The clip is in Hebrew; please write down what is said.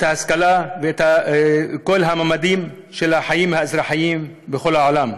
ההשכלה ואת כל הממדים של החיים האזרחיים בכל העולם.